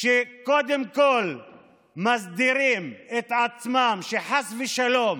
שקודם כול הם מסדירים את עצמם, שחס ושלום